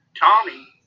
Tommy